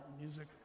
music